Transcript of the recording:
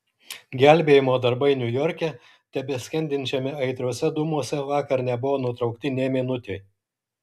gelbėjimo darbai niujorke tebeskendinčiame aitriuose dūmuose vakar nebuvo nutraukti nė minutei